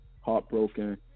heartbroken